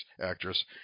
actress